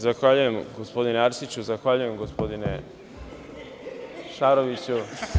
Zahvaljujem, gospodine Arsiću, zahvaljujem gospodine Šaroviću.